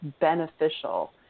beneficial